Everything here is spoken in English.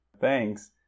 Thanks